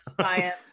Science